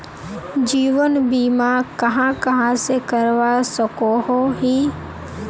जीवन बीमा कहाँ कहाँ से करवा सकोहो ही?